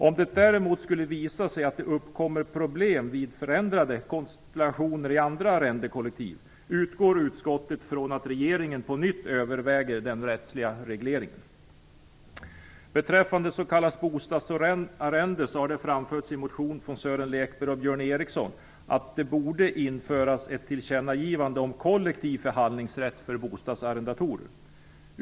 Om det däremot skulle visa sig att det uppkommer problem vid förändrade konstellationer i andra arrendekollektiv, utgår utskottet från att regeringen på nytt överväger den rättsliga regleringen. Sören Lekberg och Björn Ericson anförts att det borde göras ett tillkännagivande om kollektiv förhandlingsrätt för bostadsarrendatorer.